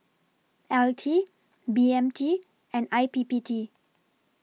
L T B M T and I P P T